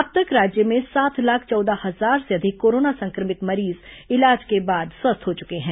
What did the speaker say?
अब तक राज्य में सात लाख चौदह हजार से अधिक कोरोना संक्रमित मरीज इलाज के बाद स्वस्थ हो चुके हैं